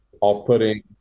off-putting